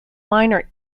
minor